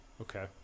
okay